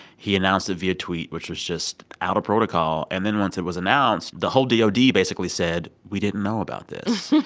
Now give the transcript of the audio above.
he announced it via tweet, which was just out of protocol. and then once it was announced, the whole dod so basically said, we didn't know about this.